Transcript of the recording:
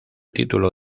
título